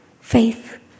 faith